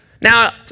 Now